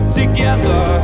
together